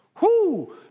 Whoo